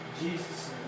Jesus